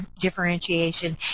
differentiation